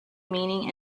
meaning